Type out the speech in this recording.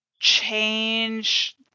change